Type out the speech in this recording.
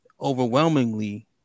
overwhelmingly